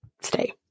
stay